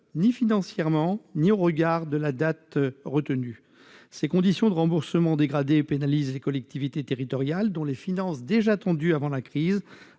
ni financièrement ni au regard de la période retenue. Ces conditions de remboursement dégradées pénalisent les collectivités territoriales, dont les finances, déjà tendues avant la crise,